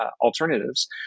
alternatives